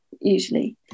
usually